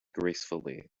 gracefully